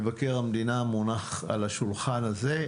מבקר המדינה מונח על השולחן הזה.